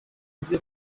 uze